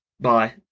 bye